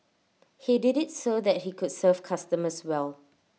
he did IT so that he could serve customers well